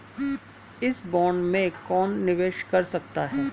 इस बॉन्ड में कौन निवेश कर सकता है?